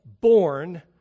born